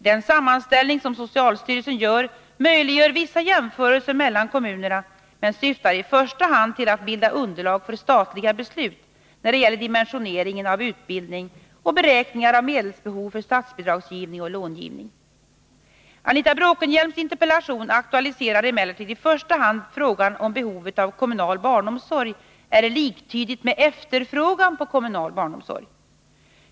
Den sammanställning som socialstyrelsen gör möjliggör vissa jämförelser mellan kommunerna, men syftar i första hand till att bilda underlag för statliga beslut när det gäller dimensioneringen av utbildning och beräkningar av medelsbehov för statsbidragsgivning och långivning. Anita Bråkenhielms interpellation aktualiserar emellertid i första hand frågan om behovet av kommunal barnomsorg är liktydigt med efterfrågan på kommunal barnomsorg.